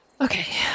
Okay